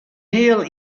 heal